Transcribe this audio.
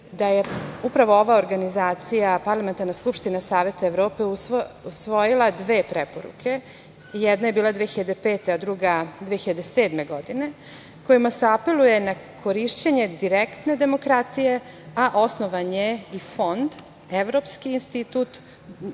da je upravo ova organizacija, Parlamentarna skupština Saveta Evrope usvojila dve preporuke, jedna je bila 2005. godine, a druga 2007. godine, kojima se apeluje na korišćenje direktne demokratije, a osnovan je i fond pod imenom Evropski institut